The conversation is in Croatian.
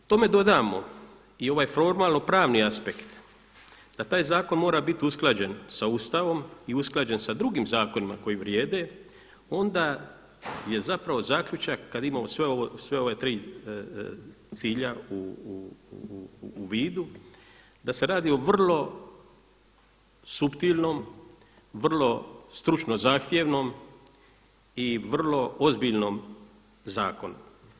Ako tome dodamo i ovaj formalno pravni aspekt da taj zakon mora biti usklađen sa Ustavom i usklađen sa drugim zakonima koji vrijede onda je zapravo zaključak kada imamo sva ova tri cilja u vidu da se radi o vrlo suptilnom, vrlo stručno zahtjevnom i vrlo ozbiljnom zakonu.